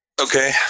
Okay